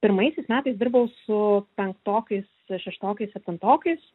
pirmaisiais metais dirbau su penktokais šeštokais septintokais